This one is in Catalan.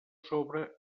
sobre